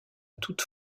toute